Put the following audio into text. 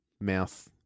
mouth